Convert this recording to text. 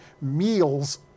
meals